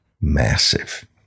massive